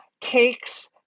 takes